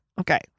Okay